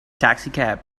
taxicab